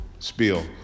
spiel